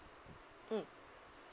mm